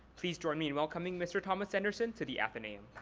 please join me in welcoming mr. thomas sanderson to the athenaeum.